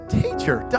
teacher